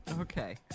Okay